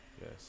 yes